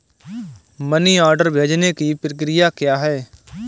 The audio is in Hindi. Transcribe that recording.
मनी ऑर्डर भेजने की प्रक्रिया क्या है?